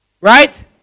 Right